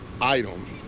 item